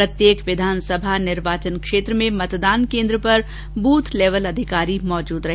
प्रत्येक विधानसभा निर्वाचन क्षेत्र में मतदान कोन्द्र पर बूथ लेवल अधिकारी मौजूद रहे